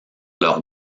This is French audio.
leurs